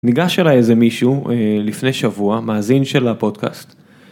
ניגש אלי איזה מישהו, לפני שבוע, מאזין של הפודקאסט.